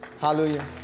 Hallelujah